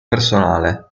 personale